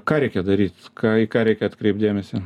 ką reikia daryt ką į ką reikia atkreipt dėmesį